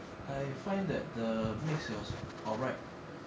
I find that the mix it was alright